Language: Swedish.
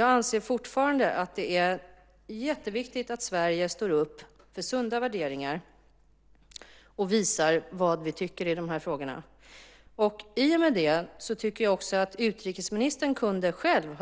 Jag anser fortfarande att det är jätteviktigt att Sverige står upp för sunda värderingar och visar vad vi tycker i de här frågorna. I och med det tycker jag också att utrikesministern själv